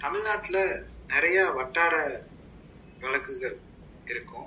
தமிழ்நாட்ல நிறையா வட்டார வழக்குகள் இருக்கும்